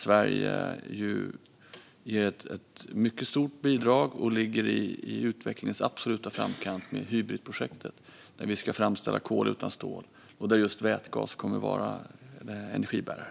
Sverige ger ett mycket stort bidrag och ligger i utvecklingens absoluta framkant med Hybritprojektet, där man ska framställa stål utan kol. Där kommer just vätgas att vara energibärare.